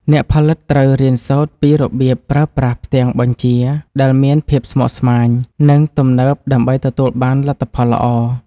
អ្នកផលិតត្រូវរៀនសូត្រពីរបៀបប្រើប្រាស់ផ្ទាំងបញ្ជាដែលមានភាពស្មុគស្មាញ និង ទំនើបដើម្បីទទួលបានលទ្ធផលល្អ។